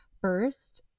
first